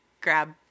grab